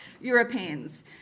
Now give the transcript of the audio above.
Europeans